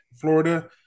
Florida